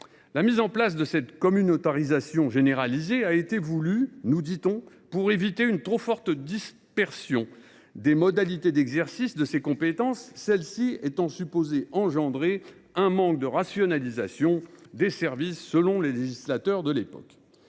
La mise en place de cette communautarisation généralisée a été voulue, nous dit on, pour éviter une trop forte dispersion des modalités d’exercice de ces compétences, celle ci étant supposée engendrer un manque de rationalisation des services, selon les législateurs de l’époque.